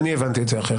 אני הבנתי את זה אחרת.